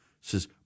says